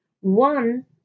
one